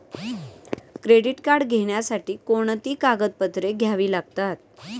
Credit card घेण्यासाठी कोणती कागदपत्रे घ्यावी लागतात?